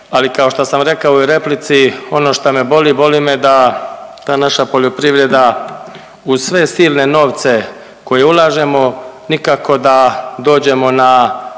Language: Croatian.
ali kao što sam rekao i u replici ono šta me boli, boli me da ta naša poljoprivreda uz sve silne novce koje ulažemo nikako da dođemo na